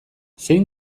zein